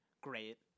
great